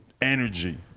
energy